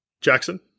Jackson